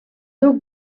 duc